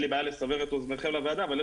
לי בעיה לסבר את אוזניכם אבל -- לא,